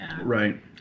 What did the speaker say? right